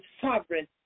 sovereign